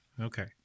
Okay